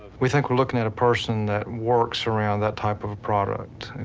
we think we're looking at a person that works around that type of of product,